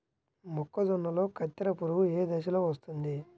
మొక్కజొన్నలో కత్తెర పురుగు ఏ దశలో వస్తుంది?